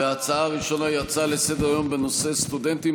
ההצעה הראשונה היא הצעה לסדר-היום בנושא: סטודנטים